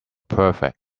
perfect